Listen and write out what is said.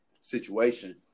situation